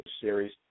series